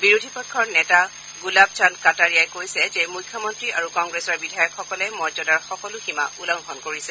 বিৰোধী পক্ষৰ নেতা গুলাব চন্দ কাটাৰিয়াই কৈছে যে মুখ্যমন্ত্ৰী আৰু কংগ্ৰেছৰ বিধায়কসকলে মৰ্যাদাৰ সকলো সীমা উলংঘন কৰিছে